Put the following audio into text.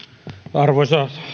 arvoisa